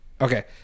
okay